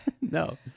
No